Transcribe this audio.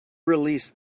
release